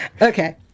Okay